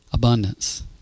abundance